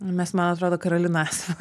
mes man atrodo karolina esam